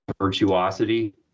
virtuosity